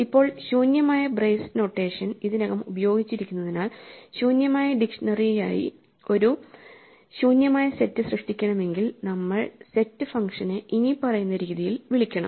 ഇപ്പോൾ ശൂന്യമായ brace notation ഇതിനകം ഉപയോഗിച്ചിരിക്കുന്നതിനാൽ ശൂന്യമായ ഡിക്ഷ്നറി വിനായി ഒരു ശൂന്യമായ സെറ്റ് സൃഷ്ടിക്കണമെങ്കിൽ നമ്മൾ സെറ്റ് ഫംഗ്ഷനെ ഇനിപ്പറയുന്ന രീതിയിൽ വിളിക്കണം